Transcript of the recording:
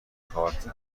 کارت